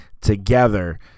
together